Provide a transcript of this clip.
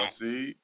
see